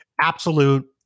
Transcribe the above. absolute